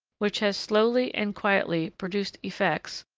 which has slowly and quietly produced effects,